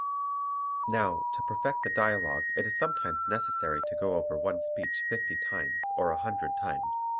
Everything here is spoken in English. now to perfect the dialogue it is sometimes necessary to go over one speech fifty times or a hundred times,